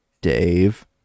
Dave